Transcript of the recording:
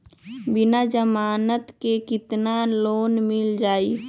बिना जमानत के केतना लोन मिल जाइ?